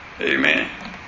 Amen